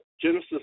Genesis